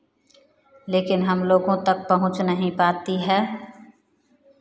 लेकिन हम लोगों तक पहुँच नहीं पाती है